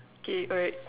okay alright